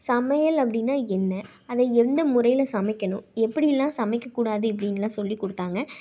சமையல் அப்படின்னா என்ன அதை எந்த முறையில் சமைக்கணும் எப்படியெல்லாம் சமைக்கக்கூடாது இப்படின்லாம் சொல்லிக்கொடுத்தாங்க